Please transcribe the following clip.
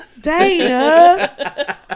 Dana